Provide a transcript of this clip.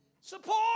Support